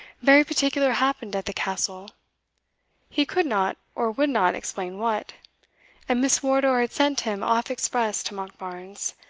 very particular happened at the castle he could not, or would not, explain what and miss wardour had sent him off express to monkbarns,